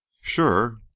Sure